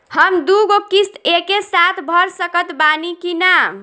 हम दु गो किश्त एके साथ भर सकत बानी की ना?